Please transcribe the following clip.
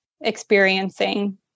experiencing